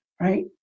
right